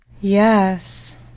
Yes